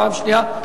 פעם שנייה,